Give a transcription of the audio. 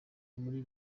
muri